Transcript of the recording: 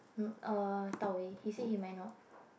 mm uh Dao-Wei he said he might not